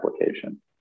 application